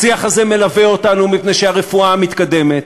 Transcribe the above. השיח הזה מלווה אותנו מפני שהרפואה מתקדמת,